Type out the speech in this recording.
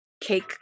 Cake